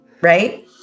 Right